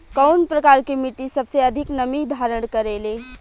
कउन प्रकार के मिट्टी सबसे अधिक नमी धारण करे ले?